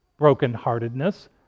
brokenheartedness